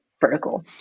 vertical